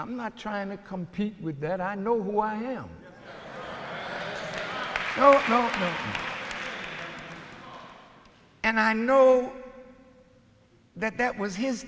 i'm not trying to compete with that i know why no no no and i know that that was his